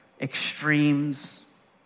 extremes